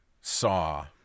Saw